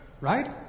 Right